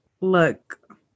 Look